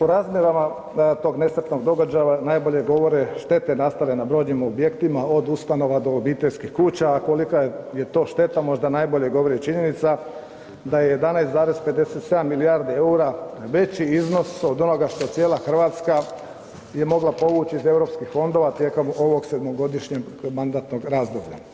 O razmjerima tog nesretnog događaja najbolje govore štete nastale na brojnim objektima, od ustanova do obiteljskih kuća, a kolika je to šteta možda najbolje govori činjenica da 11,57 milijardi eura veći iznos od onoga što cijela Hrvatska je mogla povući iz EU fondova tijekom ovog 7-godišnjeg mandatnog razdoblja.